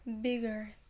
bigger